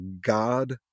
God